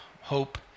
hope